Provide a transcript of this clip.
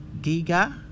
Giga